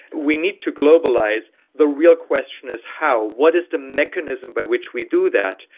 we need to globalise, the real question is how. what is the mechanism by which we do that?